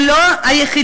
הם לא היחידים,